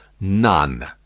None